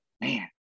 man